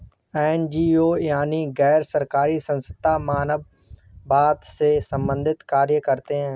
NGO यानी गैर सरकारी संस्थान मानवतावाद से संबंधित कार्य करते हैं